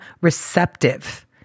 receptive